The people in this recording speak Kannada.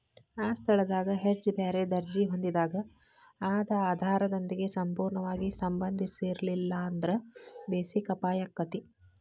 ಆ ಸ್ಥಳದಾಗ್ ಹೆಡ್ಜ್ ಬ್ಯಾರೆ ದರ್ಜಿ ಹೊಂದಿದಾಗ್ ಅದ ಆಧಾರದೊಂದಿಗೆ ಸಂಪೂರ್ಣವಾಗಿ ಸಂಬಂಧಿಸಿರ್ಲಿಲ್ಲಾಂದ್ರ ಬೆಸಿಕ್ ಅಪಾಯಾಕ್ಕತಿ